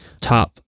top